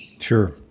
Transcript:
Sure